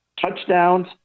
touchdowns